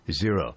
zero